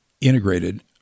integrated